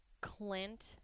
Clint